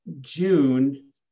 June